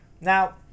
now